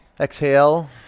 exhale